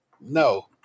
no